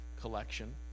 collection